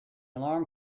alarm